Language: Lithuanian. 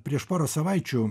prieš porą savaičių